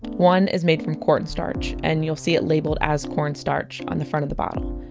one is made from corn starch and you'll see it labeled as corn starch on the front of the bottle.